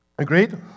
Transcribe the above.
Agreed